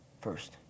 first